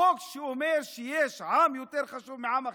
אומר שיש עם יותר חשוב מעם אחר.